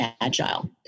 agile